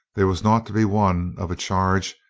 there was naught to be won of a charge,